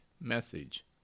message